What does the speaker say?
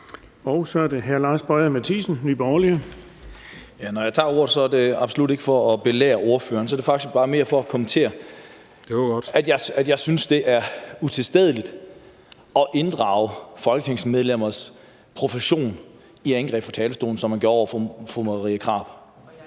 Kl. 14:00 Lars Boje Mathiesen (NB): Når jeg tager ordet, er det absolut ikke for at belære ordføreren – så er det faktisk mere for at komme med en kommentar. Jeg synes, det er utilstedeligt at inddrage folketingsmedlemmers profession i et angreb fra talerstolen, sådan som man gjorde det over